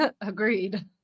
Agreed